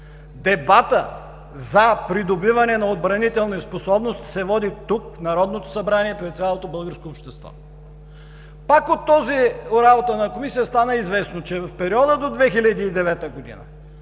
дебатът за придобиване на отбранителни способности се води тук, в Народното събрание, пред цялото българско общество. Пак от работата на Комисията стана известно, че в периода от 2009 г.